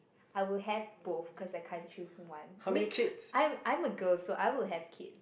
I will have both cause I can't choose one I mean I'm I'm a girl so I will have kid